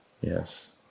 yes